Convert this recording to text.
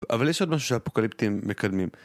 אבל יש עוד משהו שהאפוקליפטים מקדמים